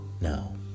Now